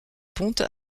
ponte